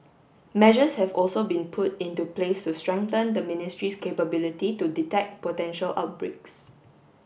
measures have also been put into place to strengthen the ministry's capability to detect potential outbreaks